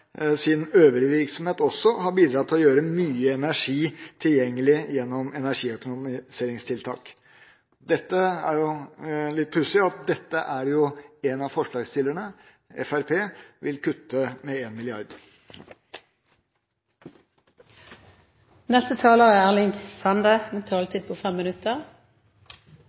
sin øvrige virksomhet også har bidratt til å gjøre mye energi tilgjengelig gjennom energiøkonomiseringstiltak. Det er litt pussig at det er dette én av forslagsstillerne, nemlig Fremskrittspartiet, vil kutte med 1 mrd. kr. I Senterpartiet er